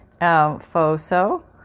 Foso